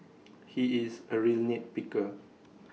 he is A real nit picker